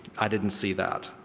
i didn't see that.